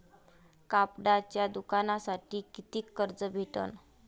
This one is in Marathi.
कापडाच्या दुकानासाठी कितीक कर्ज भेटन?